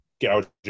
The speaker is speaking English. gouging